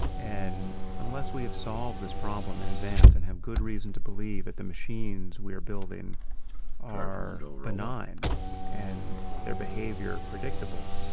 and unless we solve this problem in advance and have good reason to believe that the machines we are building are benign and their behavior predictable,